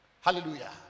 Hallelujah